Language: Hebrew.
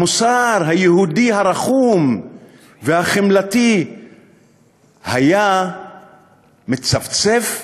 המוסר היהודי הרחום והחמלתי היה מצפצף וזועק.